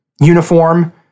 uniform